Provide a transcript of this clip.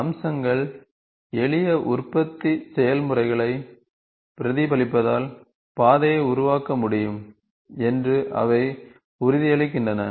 அம்சங்கள் எளிய உற்பத்தி செயல்முறைகளை பிரதிபலிப்பதால் பாதையை உருவாக்க முடியும் என்று அவை உறுதியளிக்கின்றன